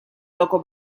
loco